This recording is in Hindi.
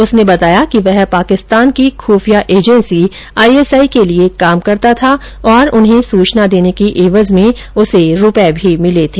उसने बताया कि वह पाकिस्तान की ख्रिफिया एजेंसी आईएसआई के लिये काम करता था और उन्हे सूचना देने की एवज में उसे रूपये भी मिले थे